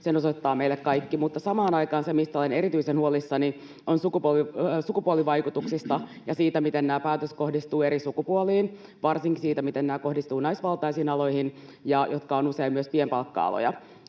Sen osoittaa meille kaikki. Mutta samaan aikaan se, mistä olen erityisen huolissani, on sukupuolivaikutukset ja se, miten nämä päätökset kohdistuvat eri sukupuoliin — varsinkin siitä, miten nämä kohdistuvat naisvaltaisiin aloihin, jotka ovat usein myös pienpalkka-aloja.